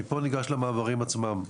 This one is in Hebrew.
מפה ניגש למעברים עצמם.